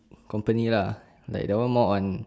company lah like that one more on